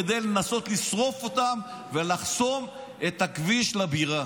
כדי לנסות לשרוף אותן ולחסום את הכביש לבירה.